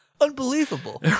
Unbelievable